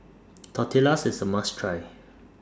Tortillas IS A must Try